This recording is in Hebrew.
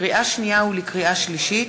לקריאה שנייה ולקריאה שלישית: